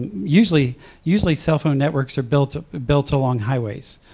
usually usually cell phone networks are built built along highways.